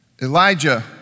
Elijah